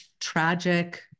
tragic